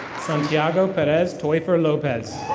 santiago perez toifur lopez.